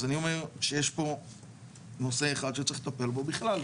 אז אני אומר שיש פה נושא אחד שצריך לטפל בו בכלל,